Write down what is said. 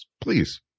please